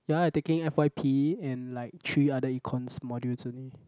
ya I taking F_Y_P and like three other Econs modules only